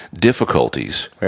difficulties